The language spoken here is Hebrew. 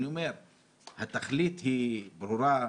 התכלית ברורה,